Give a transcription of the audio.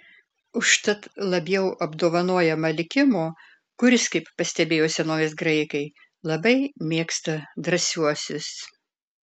užtat labiau apdovanojama likimo kuris kaip pastebėjo senovės graikai labai mėgsta drąsiuosius